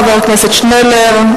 חבר הכנסת שנלר,